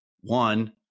one